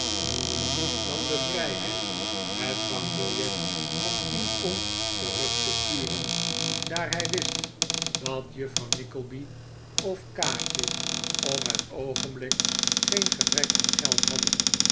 newman nam de vrijheid het bankbiljet van tien pond terug te sturen daar hij wist dat juffrouw nickleby of kaatje op het oogenblik geen gebrek aan geld hadden